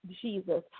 Jesus